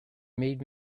made